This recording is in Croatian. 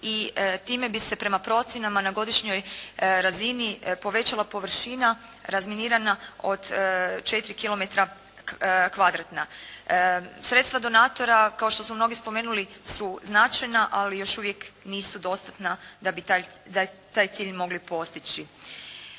i time bi se prema procjenama na godišnjoj razini povećala površina razminiranja od 4 km kvadratna. Sredstva donatora kao što su mnogi spomenuli su značajna, ali još uvijek nisu dostatna da bi taj cilj mogli postići.